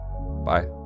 Bye